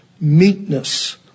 meekness